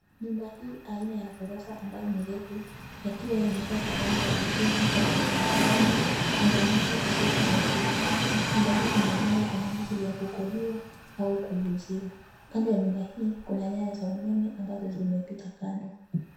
Nyumba hii aina ya ghorofa ambayo ni refu yakiwa yamepakwa rangi ya kijuvu pamoja na udhurungi ni ya mali isiyohamishika. Nyumba hii imejengwa kwa minajili ya kukodiwa au kuuziwa. Kando ya nyumba hii kuna nyaya za umeme ambazo zimepita kando.